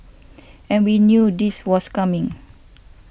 and we knew this was coming